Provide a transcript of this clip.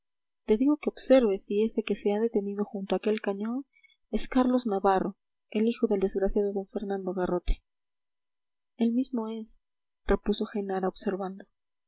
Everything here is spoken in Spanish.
te digo que observes si ese que se ha detenido junto a aquel cañón es carlos navarro el hijo del desgraciado d fernando garrote el mismo es repuso genara observando